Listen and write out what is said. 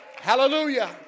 Hallelujah